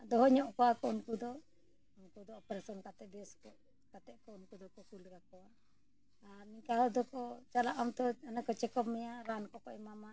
ᱫᱚᱦᱚ ᱧᱚᱜ ᱠᱚᱣᱟ ᱠᱚ ᱩᱱᱠᱩ ᱫᱚ ᱩᱱᱠᱩ ᱫᱚ ᱚᱯᱟᱨᱮᱥᱚᱱ ᱠᱟᱛᱮ ᱵᱮᱥ ᱠᱟᱛᱮᱫ ᱠᱚ ᱩᱱᱠᱩ ᱫᱚᱠᱚ ᱠᱳᱞ ᱠᱟᱠᱚᱣᱟ ᱟᱨ ᱱᱤᱝᱠᱟᱹ ᱫᱚᱠᱚ ᱪᱟᱞᱟᱜ ᱟᱢ ᱛᱚ ᱚᱱᱮᱠᱚ ᱪᱮᱠᱟᱢ ᱢᱮᱭᱟ ᱨᱟᱱ ᱠᱚᱠᱚ ᱮᱢᱟᱢᱟ